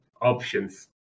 options